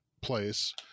place